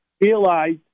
Realize